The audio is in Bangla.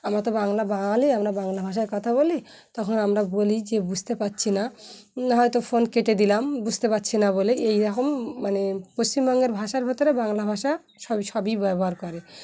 আমরা তো বাংলা বাঙালি আমরা বাংলা ভাষায় কথা বলি তখন আমরা বলি যে বুঝতে পারছি না হয়তো ফোন কেটে দিলাম বুঝতে পারছি না বলে এইরকম মানে পশ্চিমবঙ্গের ভাষার ভেতরে বাংলা ভাষা সব সবই ব্যবহার করে